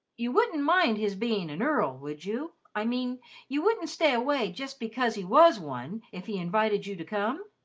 you wouldn't mind his being an earl, would you, i mean you wouldn't stay away just because he was one, if he invited you to come?